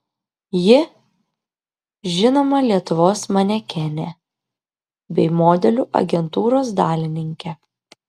ji žinoma lietuvos manekenė bei modelių agentūros dalininkė